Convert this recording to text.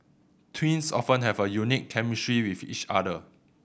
twins often have a unique chemistry with each other